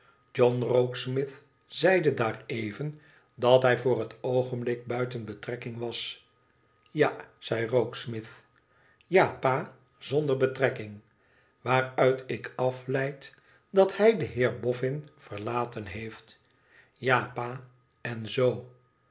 john rokesmith zeide daar even dat hij voor het oogenblik buiten betrekking was ja zei rokesmith ja pa zonder betrekking waaruit ik afleid dat hij den heer boffln verlaten heeft ja pa en zoo